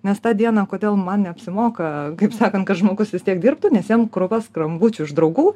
nes tą dieną kodėl man neapsimoka kaip sakant kad žmogus vis tiek dirbtų nes jam krūva skambučių iš draugų